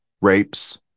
rapes